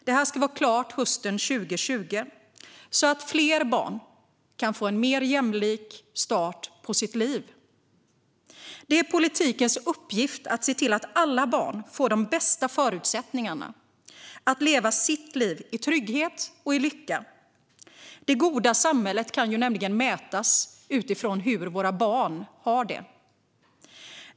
Det ska vara klart hösten 2020 så att fler barn kan få en mer jämlik start på sitt liv. Det är politikens uppgift att se till att alla barn får de bästa förutsättningarna att leva sitt liv i trygghet och lycka. Det goda samhället kan nämligen mätas utifrån hur våra barn har det.